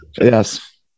Yes